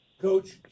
Coach